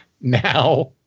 now